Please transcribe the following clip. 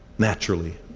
naturally,